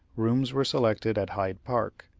rooms were selected at hyde park,